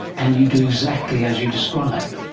and you do exactly as you describe,